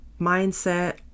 mindset